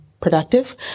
productive